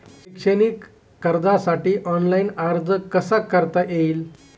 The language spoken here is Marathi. शैक्षणिक कर्जासाठी ऑनलाईन अर्ज कसा करता येईल?